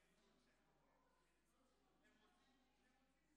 הסוף: הסטודנטים בישראל לומדים באקדמיה